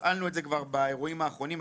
תפעלנו את זה כבר באירועים האחרונים,